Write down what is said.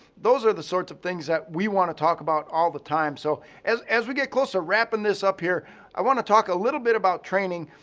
those are the sorts of things that we want to talk about all the time. so as as we get close to wrapping this up here i want to talk a little bit about training.